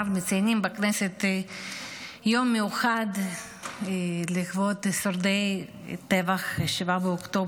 מציינים בכנסת יום מיוחד לכבוד שורדי טבח 7 באוקטובר.